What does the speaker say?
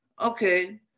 okay